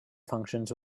functions